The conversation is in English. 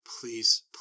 Please